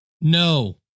No